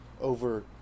over